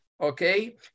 Okay